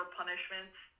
punishments